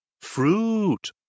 Fruit